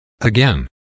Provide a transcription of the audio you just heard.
Again